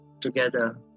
together